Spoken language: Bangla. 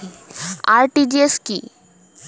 আর.টি.জি.এস কি?